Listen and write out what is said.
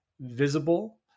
visible